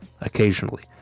occasionally